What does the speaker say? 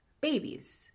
babies